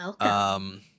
Welcome